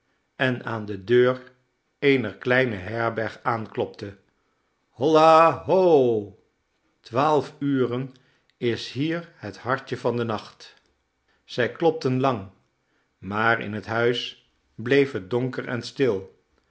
en aan de deur eener kleine herberg aanklopte holla ho twaalf uur is hier het hartje van den nacht zij klopten lang maar in het huis bleef het donker en stil